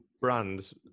brands